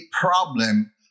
problem